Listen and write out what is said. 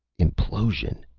implosion,